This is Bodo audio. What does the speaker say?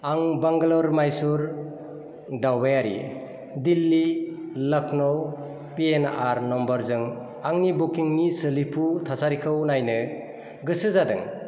आं बांगालर माइसुर दावबायारि दिल्ली लखनौ पिएनआर नम्बरजों आंनि बुकिंनि सोलिफु थासारिखौ नायनो गोसो जादों